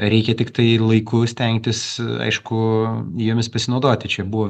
reikia tiktai laiku stengtis aišku jomis pasinaudoti čia buvo